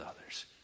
others